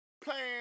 playing